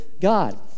God